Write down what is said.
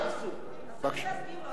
ניסיתי להסביר, חברת הכנסת אבסדזה.